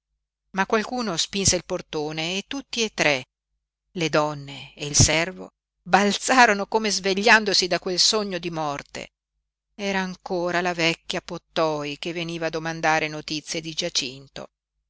ma qualcuno spinse il portone e tutti e tre le donne e il servo balzarono come svegliandosi da quel sogno di morte era ancora la vecchia pottoi che veniva a domandare notizie di giacinto